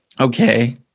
okay